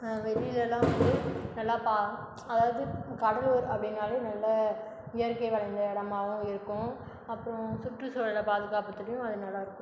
ஆ வெளிலெல்லாம் வந்து நல்லா பா அதாவது கடலூர் அப்படினாலே நல்ல இயற்கை வாய்ந்த இடமாகவும் இருக்கும் அப்புறம் சுற்றுசூழலை பாதுகாப்பாத்துலையும் அது நல்லா இருக்கும்